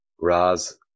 Raz